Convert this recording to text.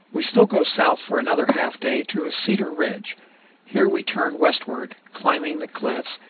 we still go south for another half day to a cedar ridge here we turn westward, climbing the cliffs,